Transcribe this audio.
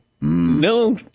no